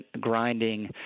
grinding